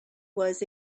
was